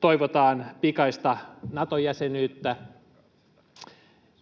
toivotaan pikaista Nato-jäsenyyttä,